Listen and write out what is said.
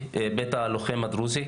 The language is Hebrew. בית הלוחם הדרוזי